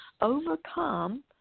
overcome